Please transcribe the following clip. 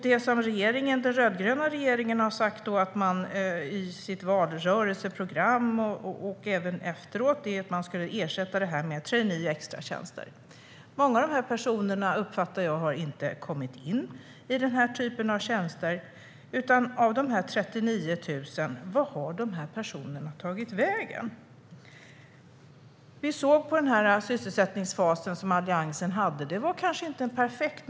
Den rödgröna regeringen sa i sitt valrörelseprogram och även efteråt att man skulle ersätta detta med trainee och extratjänster. Jag uppfattar att många av dessa personer inte har kommit in i denna typ av tjänster. Vart har dessa 39 000 personer tagit vägen? Alliansens sysselsättningsfas var kanske inte perfekt.